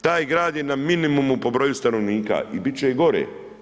Taj grad je na minimumu po broju stanovnika i bit će i gore.